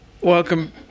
welcome